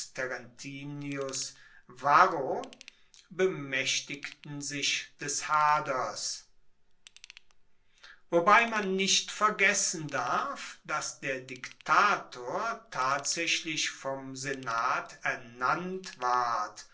gaius terentius varro bemaechtigten sich des haders wobei man nicht vergessen darf dass der diktator tatsaechlich vom senat ernannt ward